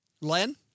len